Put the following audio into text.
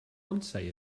unsay